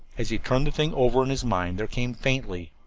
as he turned the thing over in his mind there came faintly,